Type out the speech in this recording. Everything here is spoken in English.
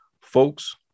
folks